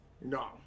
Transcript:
No